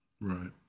Right